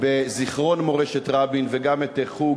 בזיכרון מורשת רבין, וגם את "חוג